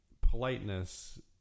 politeness